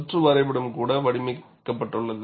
சுற்று வரைபடம் கூட வடிவமைக்கப்பட்டுள்ளது